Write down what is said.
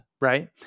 right